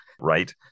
right